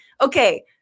Okay